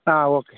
ആ ഓക്കെ